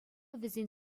вӗсен